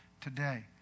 today